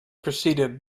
preceded